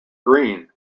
green